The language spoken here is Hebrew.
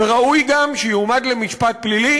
וראוי גם שיועמד למשפט פלילי.